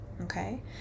Okay